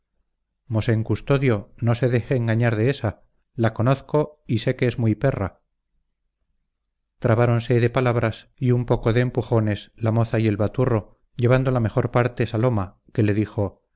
dijo mosén custodio no se deje engañar de ésa la conozco y sé que es muy perra trabáronse de palabras y un poco de empujones la moza y el baturro llevando la mejor parte saloma que le dijo